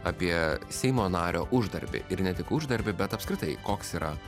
apie seimo nario uždarbį ir ne tik uždarbį bet apskritai koks yra